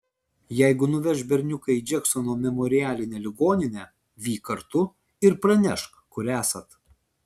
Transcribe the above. jeigu nuveš berniuką į džeksono memorialinę ligoninę vyk kartu ir pranešk kur esat